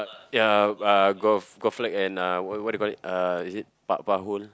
ya uh golf golf flag and uh what what do you call it uh is it pa~ putt hole